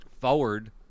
forward